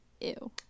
ew